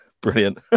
Brilliant